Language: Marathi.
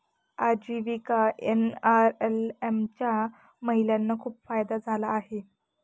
आजीविका एन.आर.एल.एम चा महिलांना खूप फायदा झाला आहे